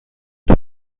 طول